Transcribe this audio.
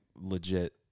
legit